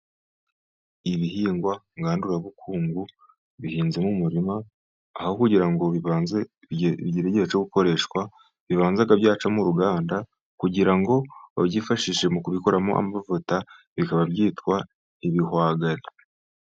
Ibihingwa ngandurabukungu bihinze mu murima, aho kugira ngo bibanze bigire igihe cyo gukoreshwa bibanza bigaca mu uruganda, kugira ngo babyifashishe mu kubikoramo amavuta, bikaba byitwa ibihwagari.